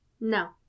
No